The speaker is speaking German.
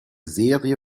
serie